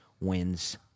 wins